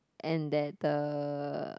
and that the